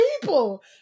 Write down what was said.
people